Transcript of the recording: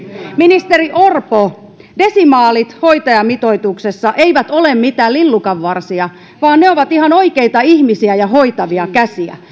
ministeri orpo desimaalit hoitajamitoituksessa eivät ole mitään lillukanvarsia vaan ne ovat ihan oikeita ihmisiä ja hoitavia käsiä